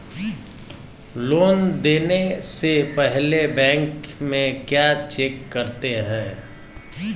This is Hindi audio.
लोन देने से पहले बैंक में क्या चेक करते हैं?